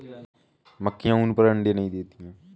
मक्खियाँ ऊन पर अपने अंडे देती हैं